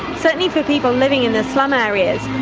certainly for people living in the slum areas.